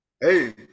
hey